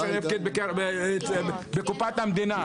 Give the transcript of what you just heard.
למה צריך להפקיד בקופת המדינה?